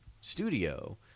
studio